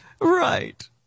Right